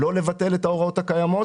לא לבטל את ההוראות הקיימות